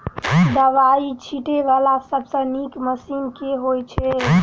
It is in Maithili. दवाई छीटै वला सबसँ नीक मशीन केँ होइ छै?